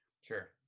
Sure